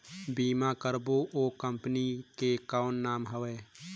बीमा करबो ओ कंपनी के कौन नाम हवे?